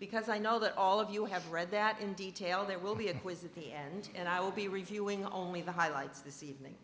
because i know that all of you have read that in detail there will be a whiz at the end and i will be reviewing only the highlights this evening